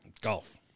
Golf